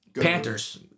Panthers